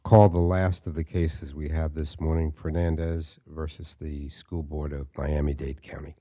call the last of the cases we have this morning fernandez versus the school board of miami dade county